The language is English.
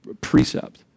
precept